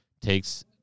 takes